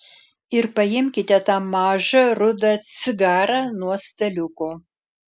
ir paimkite tą mažą rudą cigarą nuo staliuko